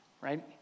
right